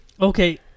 Okay